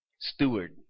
Steward